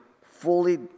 fully